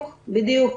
בדיוק.